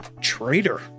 traitor